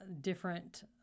different